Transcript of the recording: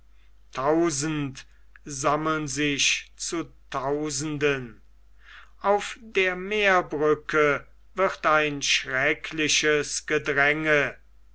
tausend sammeln sich zu tausenden auf der meerbrücke wird ein schreckliches gedränge